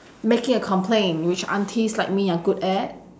making a complaint which aunties like me are good at